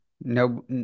no